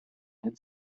and